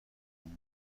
اون